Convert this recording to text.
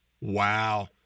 Wow